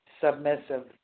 submissive